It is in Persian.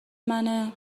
منه